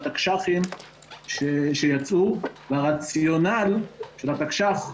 התקשח"ים שיצאו והרציונל של התקש"ח,